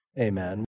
Amen